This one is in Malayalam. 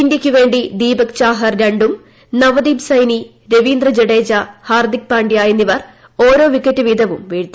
ഇന്ത്യയ്ക്കുവേണ്ടി ദീപക് ചാഹർ രണ്ടും നവദീപ് സൈനി രവീന്ദ്ര ജഡേജ ഹർദിക് പാണ്ഡ്യ എന്നിവർ ഓരോ വിക്കറ്റ് വീതവും വീഴ്ത്തി